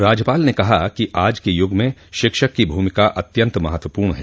राज्यपाल ने कहा कि आज के युग में शिक्षक की भूमिका अत्यंत महत्वपूर्ण है